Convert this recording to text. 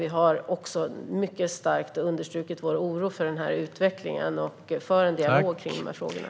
Vi har också mycket starkt understrukit vår oro för den här utvecklingen, och vi för en dialog om de här frågorna.